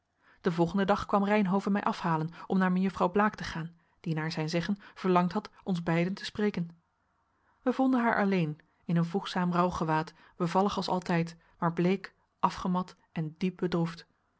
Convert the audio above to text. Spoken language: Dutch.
den volgenden dag kwam reynhove mij afhalen om naar mejuffrouw blaek te gaan die naar zijn zeggen verlangd had ons beiden te spreken wij vonden haar alleen in een voegzaam rouwgewaad bevallig als altijd maar bleek afgemat en diep